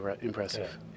impressive